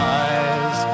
eyes